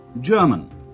German